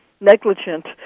negligent